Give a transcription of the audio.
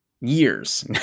years